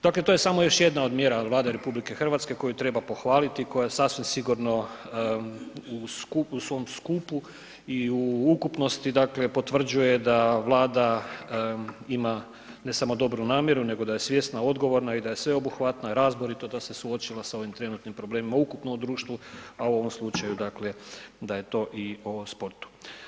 Dakle, to je samo još jedna od mjera Vlade RH koju treba pohvaliti i koja sasvim sigurno u svom skupu i u ukupnosti, dakle potvrđuje da Vlada ima ne samo dobru namjeru nego da je svjesna, odgovorna i da je sveobuhvatna i razborita, da se suočila sa ovim trenutnim problemima ukupno u društvu, a u ovom slučaju, dakle da je to i o sportu.